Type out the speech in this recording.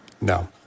No